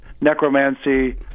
necromancy